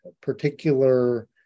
particular